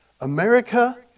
America